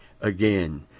again